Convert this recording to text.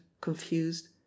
confused